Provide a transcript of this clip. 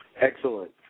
Excellent